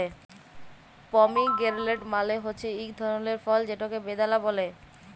pomegranate মালে হছে ইক ধরলের ফল যেটকে বেদালা ব্যলে